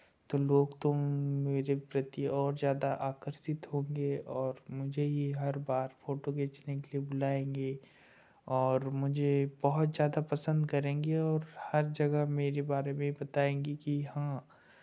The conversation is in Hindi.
तो लोग तो मेरे प्रति और ज़्यादा आकर्षित होंगे और मुझे ही हर बार फोटो खींचने के लिए बुलाएँगे और मुझे बहुत ज़्यादा पसंद करेंगे और हर जगह मेरे बारे में बताएँगे कि हाँ